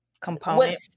component